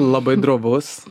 labai drovus